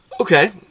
Okay